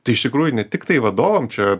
tai iš tikrųjų ne tiktai vadovam čia